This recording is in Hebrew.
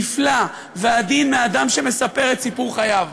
נפלא ועדין מאדם שמספר את סיפור חייו,